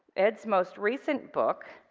ed's most recent book.